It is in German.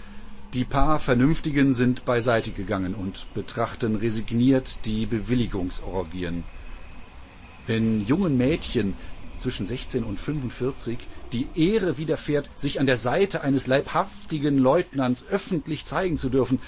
die paar vernünftigen sind beiseite gegangen und betrachten resigniert die bewilligungsorgien wenn jungen mädchen zwischen sechzehn und fünfundvierzig die ehre widerfährt sich an der seite eines leibhaftigen leutnants öffentlich zeigen zu dürfen